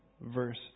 verse